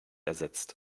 ersetzt